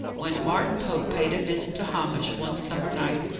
when martin pope paid a visit to hamish, one summer night,